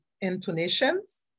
intonations